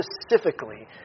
specifically